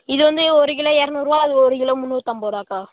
இது வந்து ஒரு கிலோ இரநூறுவா அது ஒரு கிலோ முன்னூற்றைம்பது ரூவாக்கா